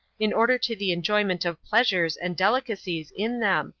in order to the enjoyment of pleasures and delicacies in them,